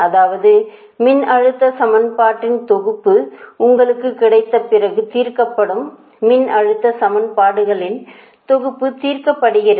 அதாவது மின்னழுத்த சமன்பாட்டின் தொகுப்பு உங்களுக்கு கிடைத்த பிறகு தீர்க்கப்படும் மின்னழுத்த சமன்பாடுகளின் தொகுப்பு தீர்க்கப்படுகிறது